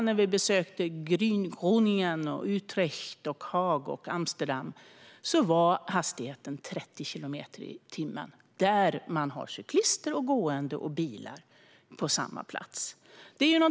När vi besökte Groningen, Utrecht, Haag och Amsterdam i Holland var hastigheten 30 kilometer i timmen där det fanns cyklister, gående och bilar på samma plats.